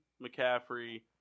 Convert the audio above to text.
McCaffrey